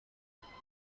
dialect